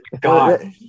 God